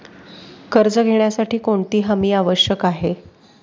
कर्ज घेण्यासाठी कोणती हमी आवश्यक आहे?